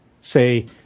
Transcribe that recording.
say